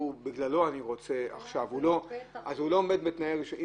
אתם יכולים גם לקנוס אם